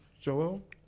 Joel